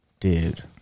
Dude